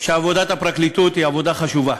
שעבודת הפרקליטות היא עבודה חשובה.